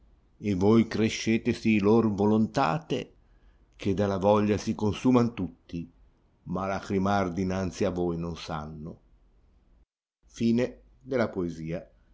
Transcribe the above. hanno toi crescete sì lor volontate che della voglia si consuman tutti ma lagrimar dinanti a voi non sanna